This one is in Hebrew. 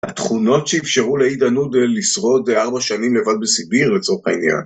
התכונות שאפשרו לאידה נודל לשרוד ארבע שנים לבד בסיביר לצורך העניין